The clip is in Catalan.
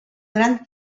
gran